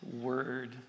Word